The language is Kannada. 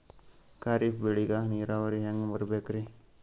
ಖರೀಫ್ ಬೇಳಿಗ ನೀರಾವರಿ ಹ್ಯಾಂಗ್ ಇರ್ಬೇಕರಿ?